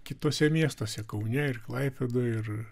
kituose miestuose kaune ir klaipėdoj ir